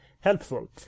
helpful